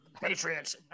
Patriots